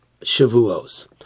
Shavuos